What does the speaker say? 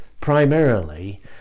primarily